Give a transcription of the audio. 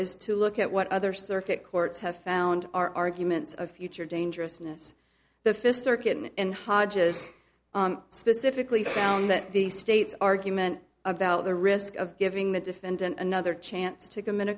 is to look at what other circuit courts have found arguments of future dangerousness the fifth circuit and hodges specifically found that the state's argument about the risk of giving the defendant another chance to commit a